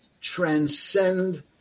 transcend